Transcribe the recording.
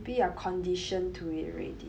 maybe you are conditioned to it already